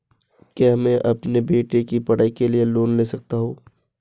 क्या मैं अपने बेटे की पढ़ाई के लिए लोंन ले सकता हूं?